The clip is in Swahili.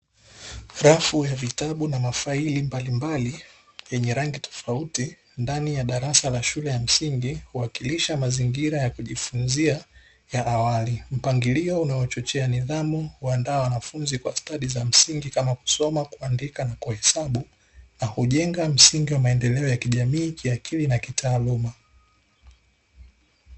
Rafu ya vitabu na mafaili mbalimbali yenye rangi tofauti ndani ya darasa la shule ya msingi uwakilisha mazingira ya kujifunza ya awali. Mpangilio unaochochea nidhamu kuandaa wanafunzi kwa stadi za msingi kama: kusoma, kuandika na kuhesabu; na hujenga msingi wa maendeleo ya kijamii kiakili na kitaaluma.